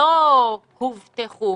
לא הובטחו.